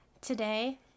Today